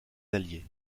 alliés